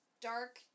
dark